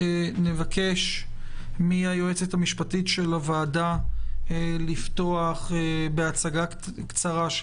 נבקש מהיועצת המשפטית של הוועדה לפתוח בהצגה קצרה של